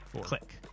Click